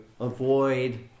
avoid